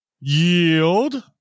yield